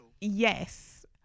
yes